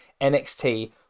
NXT